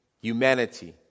humanity